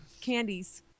candies